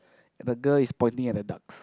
the girl is pointing at the ducks